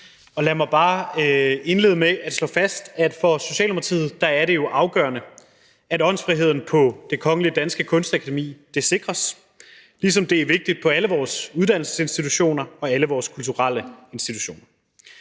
dag. Lad mig bare indlede med at slå fast, at det jo for Socialdemokratiet er afgørende, at åndsfriheden på Det Kongelige Danske Kunstakademi sikres, ligesom det er vigtigt på alle vores uddannelsesinstitutioner og alle vores kulturelle institutioner,